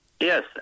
Yes